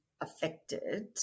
affected